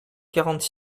quarante